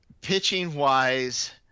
Pitching-wise